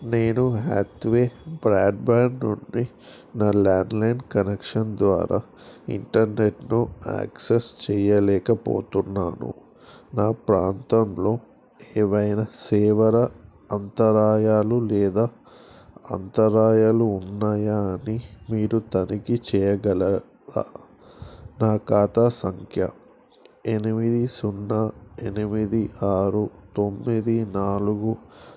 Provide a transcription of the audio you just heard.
నేను హాత్వే బ్రాడ్బ్యాండ్ నుండి నా ల్యాండ్లైన్ కనెక్షన్ ద్వారా ఇంటర్నెట్ను యాక్సెస్ చెయ్యలేకపోతున్నాను ప్రాంతంలో ఏవైనా సేవల అంతరాయాలు లేదా అంతరాయాలు ఉన్నాయా అని మీరు తనిఖీ చేయగలరా నా ఖాతా సంఖ్య ఎనిమిది సున్నా ఎనిమిది ఆరు తొమ్మిది నాలుగు